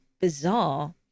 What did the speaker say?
bizarre